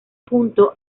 junto